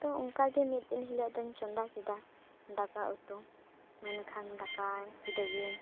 ᱛᱚ ᱚᱱᱠᱟ ᱜᱮ ᱢᱤᱫ ᱫᱤᱱ ᱦᱤᱞᱚᱜ ᱫᱚᱧ ᱪᱚᱫᱟ ᱠᱮᱫᱟ ᱫᱟᱠᱟ ᱩᱛᱩ ᱢᱮᱱᱠᱷᱟᱱ ᱫᱟᱠᱟ ᱠᱮᱫᱟᱭᱟᱹᱧ